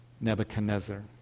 Nebuchadnezzar